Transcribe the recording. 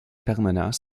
permanents